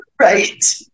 Right